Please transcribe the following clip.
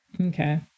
Okay